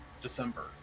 December